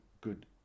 good